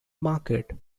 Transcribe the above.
market